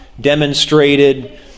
demonstrated